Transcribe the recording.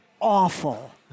awful